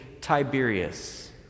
Tiberius